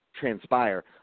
transpire